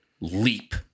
leap